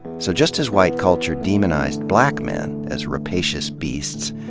so just as white culture demonized black men as rapacious beasts,